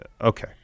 okay